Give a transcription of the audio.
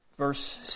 Verse